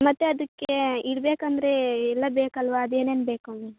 ಮತ್ತು ಅದಕ್ಕೆ ಇಡಬೇಕಂದ್ರೆ ಎಲ್ಲ ಬೇಕಲ್ಲವಾ ಅದು ಏನೇನು ಬೇಕು